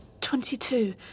Twenty-two